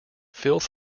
filth